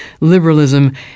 liberalism